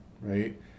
right